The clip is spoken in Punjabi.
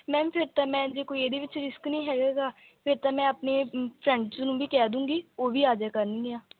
ਮੈਮ ਫਿਰ ਤਾਂ ਮੈਂ ਜੇ ਕੋਈ ਇਹਦੇ ਵਿੱਚ ਰਿਸਕ ਨਹੀਂ ਹੈਗਾ ਗਾ ਫਿਰ ਤਾਂ ਮੈਂ ਆਪਣੇ ਫਰੈਂਡਸ ਨੂੰ ਵੀ ਕਹਿ ਦੂੰਗੀ ਉਹ ਵੀ ਆ ਜਿਆ ਕਰਨਗੀਆਂ